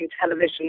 television